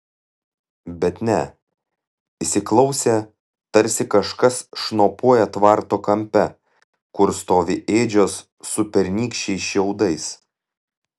bet ne įsiklausė tarsi kažkas šnopuoja tvarto kampe kur stovi ėdžios su pernykščiais šiaudais